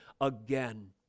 again